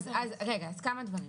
אז כמה דברים,